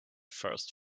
first